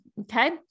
Okay